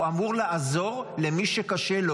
הוא לא אמור לתמרץ עבודה.